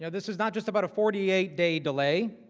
yeah this is not just a but forty eight day delay.